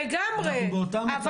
אנחנו באותה מטרה.